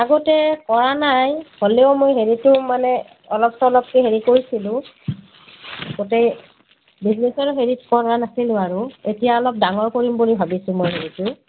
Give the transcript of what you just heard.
আগতে কৰা নাই হ'লেও মই হেৰিটো মানে অলপ চলপকৈ হেৰি কৰিছিলোঁ গোটেই বিজনেছৰ হেৰিত কৰা নাছিলোঁ আৰু এতিয়া অলপ ডাঙৰ কৰিম বুলি ভাবিছোঁ মই হেৰিটো